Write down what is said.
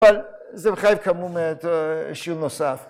‫אבל זה מחייב כאמור שיעור נוסף.